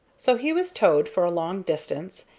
so he was towed for a long distance,